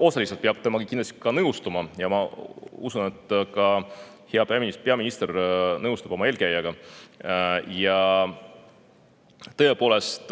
Osaliselt peab temaga kindlasti nõustuma. Ma usun, et ka hea peaminister nõustub oma eelkäijaga. Tõepoolest,